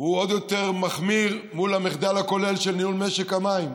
הוא עוד יותר מחמיר מול המחדל הכולל של ניהול משק המים.